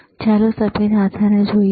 તો ચાલો સફેદ હાથાને જોઈએ